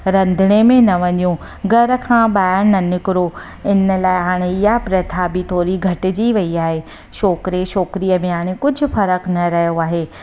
रंधिणे में न वञो घर खां न निकिरो इन लाइ हाणे इहा प्रथा बि थोरी घटिजी वई आहे छोकिरे छोकिरीअ में हाणे कुझु फ़रकु न रहियो आहे